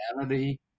humanity